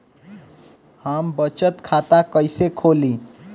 हम बचत खाता कईसे खोली?